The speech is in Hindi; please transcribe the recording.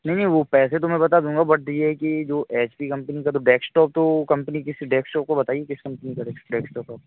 नहीं नहीं वह पैसे तो मैं बता दूँगा बट यह है कि जो एच पी कम्पनी का तो डेस्कटॉप तो वह कम्पनी किसी डेस्कटॉप को बताइए किस कम्पनी का डेस्कटॉप है आपका